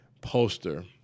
poster